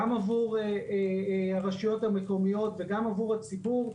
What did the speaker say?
גם עבור הרשויות המקומיות וגם עבור הציבור,